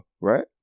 right